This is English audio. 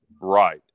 Right